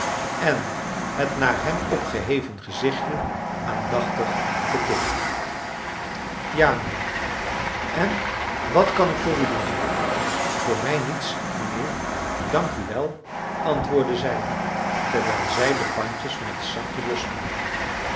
en het naar hem opgeheven gezichtje aandnchtig bekeek ja mijnheer en wat kan ik voor u doen voor mij niets mijnheer dank u wel antwoordde zij terwijl zij de bandjes van het zakje losmaakte